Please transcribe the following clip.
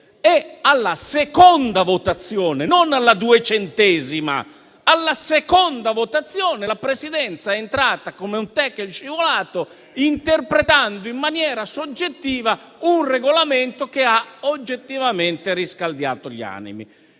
alla seconda votazione (non alla duecentesima), la Presidenza è entrata con un *tackle* in scivolata, interpretando in maniera soggettiva un Regolamento che ha oggettivamente riscaldato gli animi.